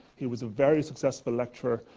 he was a very successful lecturer.